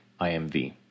IMV